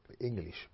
English